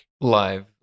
Live